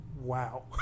wow